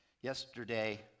Yesterday